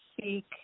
speak